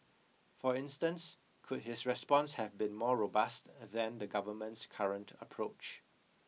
for instance could his response have been more robust than the government's current approach